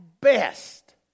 best